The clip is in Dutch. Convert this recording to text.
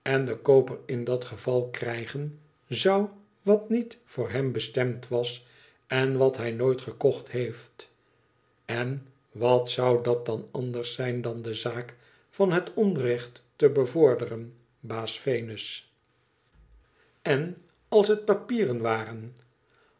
en de kooper in dat geval krijgen zou wat niet voor hem bestemd was en wat hij nooit gekocht heeft n wat zou dat dan anders zijn dan de zaak van het onrecht te bevorderen baas venus n als het papieren waren